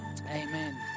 amen